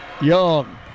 Young